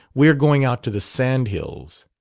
we are going out to the sand-hills.